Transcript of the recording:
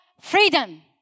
freedom